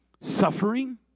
suffering